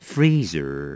Freezer，